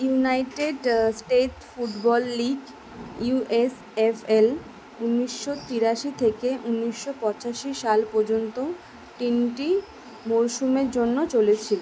United States football league U S F L উনিশশো তিরাশি থেকে উনিশশো পঁচাশি সাল পর্যন্ত তিনটি মরশুমের জন্য চলেছিলো